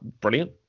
brilliant